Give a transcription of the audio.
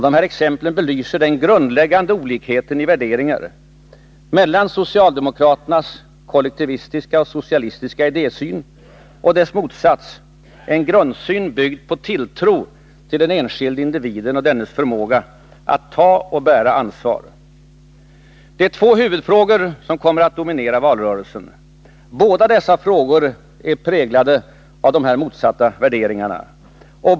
Dessa exempel belyser den grundläggande olikheten i värderingar — mellan socialdemokraternas kollektivistiska och socialistiska idésyn och dess motsats, en grundsyn byggd på tilltro till den enskilde individen och dennes förmåga att ta och bära ansvar. Det är två huvudfrågor som kommer att dominera valrörelsen. Båda är präglade av dessa motsatta värderingar.